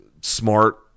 smart